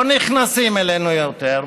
לא נכנסים אלינו יותר,